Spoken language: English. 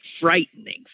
frightening